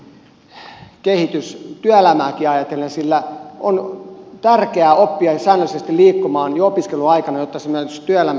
se on myönteinen kehitys työelämääkin ajatellen sillä on tärkeää oppia säännöllisesti liikkumaan jo opiskeluaikana jotta se myös työelämässä voisi jatkua